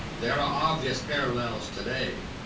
there are obvious parallels today.